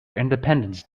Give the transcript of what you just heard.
independence